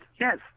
Yes